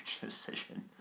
decision